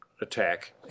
attack